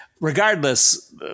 Regardless